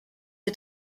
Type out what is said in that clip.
are